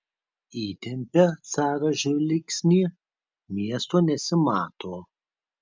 įtempia caras žvilgsnį miesto nesimato